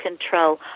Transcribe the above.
control